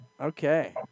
Okay